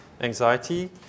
anxiety